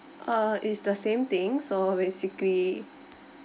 err is the same thing so basically